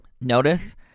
Notice